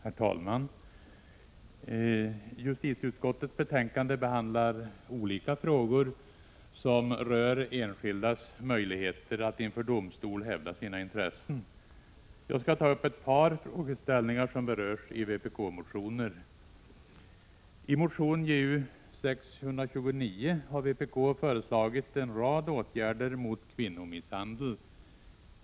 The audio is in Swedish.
Herr talman! I justitieutskottets betänkande behandlas olika frågor som rör enskildas möjligheter att inför domstol hävda sina intressen. Jag skall ta upp ett par frågeställningar som berörs i vpk-motioner. I motion Ju629 har vpk föreslagit en rad åtgärder mot kvinnomisshandel.